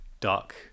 dark